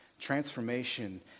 Transformation